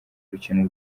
rukino